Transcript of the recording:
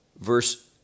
verse